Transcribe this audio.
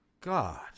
God